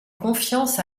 confiance